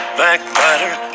backbiter